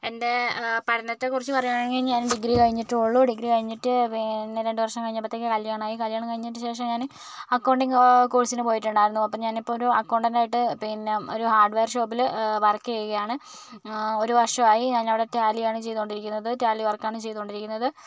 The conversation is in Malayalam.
എൻ്റെ പഠനത്തെ കുറിച്ച് പറയുകയാണെങ്കിൽ ഞാൻ ഡിഗ്രി കഴിഞ്ഞിട്ടേ ഉള്ളു ഡിഗ്രി കഴിഞ്ഞിട്ട് പിന്നെ രണ്ട് വർഷം കഴിഞ്ഞപ്പത്തേക്കും കല്യാണമായി കല്യാണം കഴിഞ്ഞിട്ട് ശേഷം ഞാന് അക്കൗണ്ടിംഗ് കോഴ്സിന് പോയിട്ടുണ്ടായിരുന്നു അപ്പോൾ ഞാനിപ്പമൊരു അക്കൗണ്ടൻ്റ് ആയിട്ട് പിന്നെ ഒരു ഹാർഡ്വെയർ ഷോപ്പില് വർക്ക് ചെയ്യുകയാണ് ഒരു വർഷമായി ഞാനവിടെ ടാലിയാണ് ചെയ്തുകൊണ്ടിരിക്കുന്നത് ടാലി വർക്കാണ് ചെയ്തുകൊണ്ടിരിക്കുന്നത്